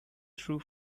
true